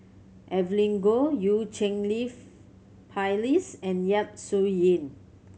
Evelyn Goh Eu Cheng Li Phyllis and Yap Su Yin